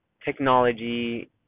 technology